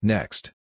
Next